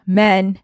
men